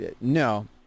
No